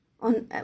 on